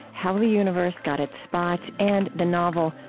how the universe got its spots and the novel,